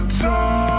time